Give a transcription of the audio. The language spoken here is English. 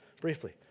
briefly